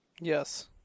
Yes